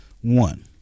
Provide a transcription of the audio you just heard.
one